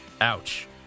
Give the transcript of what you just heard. Ouch